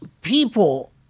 people